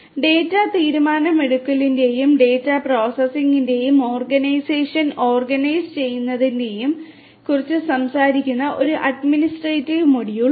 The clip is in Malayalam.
ഡാറ്റാ തീരുമാനമെടുക്കലിന്റെയും ഡാറ്റ പ്രോസസ്സിംഗിന്റെയും ഓർഗനൈസേഷൻ ഓർഗനൈസ് ചെയ്യുന്നതിനെക്കുറിച്ച് സംസാരിക്കുന്ന ഒരു അഡ്മിനിസ്ട്രേറ്റീവ് മൊഡ്യൂൾ ഉണ്ട്